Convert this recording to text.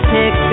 Pick